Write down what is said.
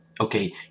Okay